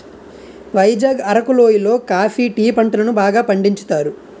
వైజాగ్ అరకు లోయి లో coffee tea పంటలను బాగా పండించుతారు